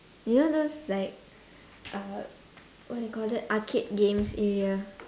you know those like uh what do you call that arcade games area